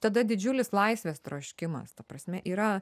tada didžiulis laisvės troškimas ta prasme yra